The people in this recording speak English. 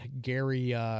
Gary